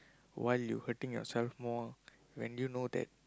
why you hurting yourself more when you know that